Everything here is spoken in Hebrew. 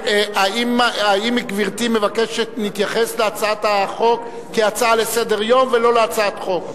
האם גברתי מבקשת להתייחס להצעת החוק כהצעה לסדר-היום ולא כהצעת חוק?